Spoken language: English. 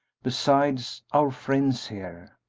besides our friends here.